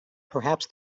perhaps